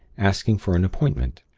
asking for an appointment.